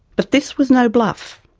but this was no bluff.